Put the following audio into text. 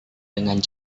dengan